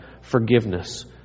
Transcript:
forgiveness